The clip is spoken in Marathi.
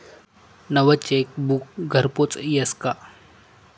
नवं चेकबुक घरपोच यस का?